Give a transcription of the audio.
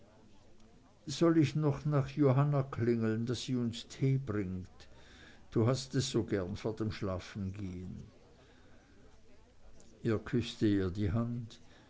soll ich noch nach johanna klingeln daß sie uns tee bringt du hast es so gern vor dem schlafengehen er küßte ihr die hand